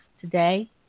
today